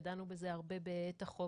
ודנו בזה הרבה בעת החוק.